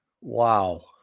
Wow